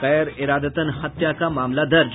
गैर इरादतन हत्या का मामला दर्ज